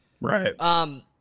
Right